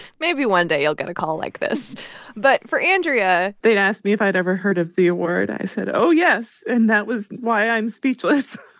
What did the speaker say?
maybe one day you'll get a call like this but for andrea. they'd asked me if i'd ever heard of the award. i said, oh, yes, and that was why i'm speechless